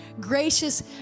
gracious